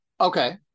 okay